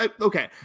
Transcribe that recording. okay